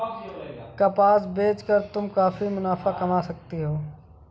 कपास बेच कर तुम काफी मुनाफा कमा सकती हो